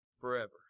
forever